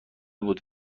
بود